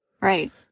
Right